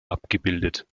abgebildet